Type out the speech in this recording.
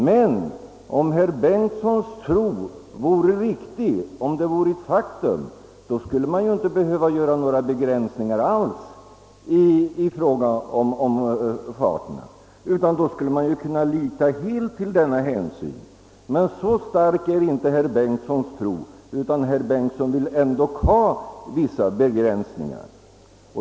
Men om herr Bengtsons tro vore ett faktum skulle man inte behöva göra några begränsningar alls i fråga om farterna, utan då skulle man kunna lita helt till bilisterna. Så stark är emellertid inte herr Bengtsons tro — han vill dock ha vissa begränsningar.